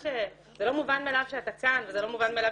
זה לא מובן מאליו שאתה כאן וזה לא מובן מאליו